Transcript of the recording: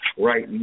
Right